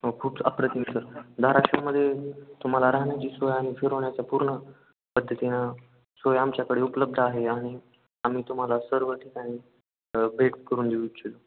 हो खूप अप्रतिम सर धाराशिवमध्ये तुम्हाला राहण्याची सोय आणि फिरवण्याचा पूर्ण पद्धतीनं सोय आमच्याकडे उपलब्ध आहे आणि आम्ही तुम्हाला सर्व ठिकाणी भेट करून देऊ इच्छितो